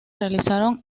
realizaron